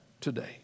today